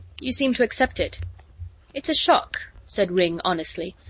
you seem to accept it it's a shock, said ringg honestly,